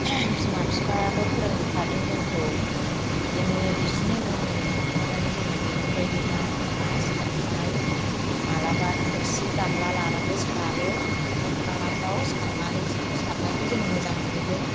बिमा बिफायाबो फोरोंबोखादों जोंखौ बिदिनो बिसोरनि उन उन थांफानानै जोङो बेफोरबायदि ना गुरनाय सारनाय माब्लाबा थोरसि गामला लानानैबो सारो हाखर हालाफोराव सारनानै जों सारनायखौ जोङो मोजां मोनोबो